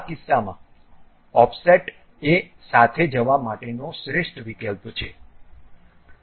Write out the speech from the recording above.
આ કિસ્સામાં ઓફસેટ એ સાથે જવા માટેનો શ્રેષ્ઠ વિકલ્પ છે